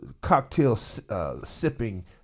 cocktail-sipping